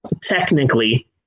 technically